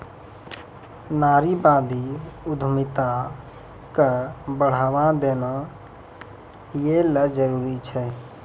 नारीवादी उद्यमिता क बढ़ावा देना यै ल जरूरी छै